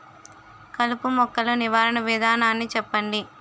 కలుపు మొక్కలు నివారణ విధానాన్ని చెప్పండి?